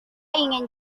ingin